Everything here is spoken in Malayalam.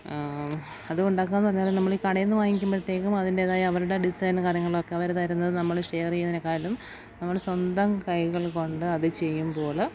അതുണ്ടാക്കാമെന്നു പറഞ്ഞാൽ നമ്മളീ കടയിൽ നിന്നു വാങ്ങിക്കുമ്പോഴത്തേക്കും അതിൻറ്റേതായ അവർ ഡിസൈൻ കാര്യങ്ങളൊക്കെ അവർ തരുന്ന നമ്മൾ ഷെയർ ചെയ്യുന്നതിനേക്കാളും നമ്മൾ സ്വന്തം കൈകൾ കൊണ്ട് അതു ചെയ്യുമ്പോൾ